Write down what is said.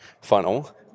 funnel